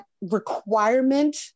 requirement